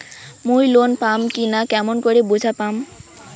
মুই লোন পাম কি না কেমন করি বুঝা পাম?